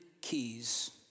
keys